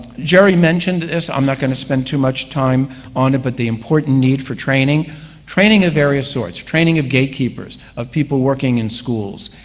jerry mentioned this, i'm not going to spend too much time on it, but the important need for training training of various sorts. training of gatekeepers, of people working in schools,